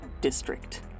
district